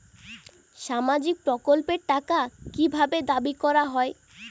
সামাজিক প্রকল্পের টাকা কি ভাবে দাবি করা হয়?